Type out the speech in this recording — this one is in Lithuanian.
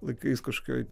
laikais kažkaip